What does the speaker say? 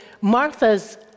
Martha's